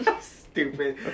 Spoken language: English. Stupid